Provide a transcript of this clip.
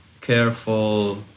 careful